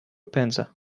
panza